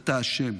אתה אשם,